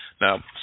Now